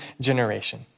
generation